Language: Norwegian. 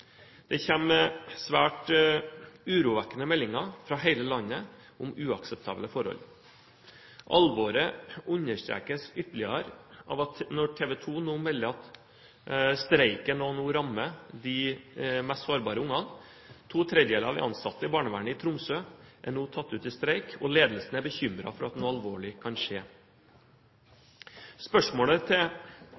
det kommunale barnevernet. Det kommer svært urovekkende meldinger fra hele landet om uakseptable forhold. Alvoret understrekes ytterligere når TV 2 nå melder at streiken nå også rammer de mest sårbare ungene. ⅔ av de ansatte i barnevernet i Tromsø er nå tatt ut i streik, og ledelsen er bekymret for at noe alvorlig kan skje.